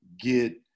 get